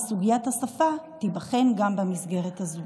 וסוגיית השפה תיבחן גם במסגרת הזאת.